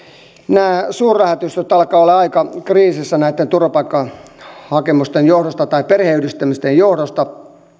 nämä suurlähetystöt alkavat olla aika kriisissä näitten turvapaikkahakemusten johdosta tai perheenyhdistämisten johdosta